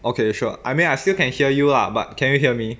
okay sure I mean I still can hear you lah but can you hear me